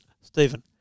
Stephen